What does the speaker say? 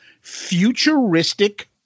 futuristic